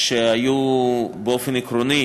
שהיו באופן עקרוני